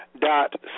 dot